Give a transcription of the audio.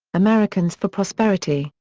americans for prosperity,